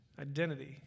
Identity